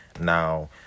Now